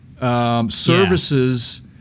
services